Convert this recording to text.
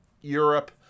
Europe